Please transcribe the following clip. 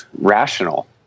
rational